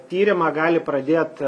tyrimą gali pradėt